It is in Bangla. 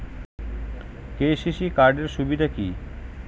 কে.সি.সি কার্ড এর সুবিধা কি?